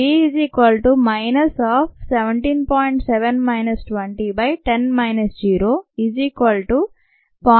v 0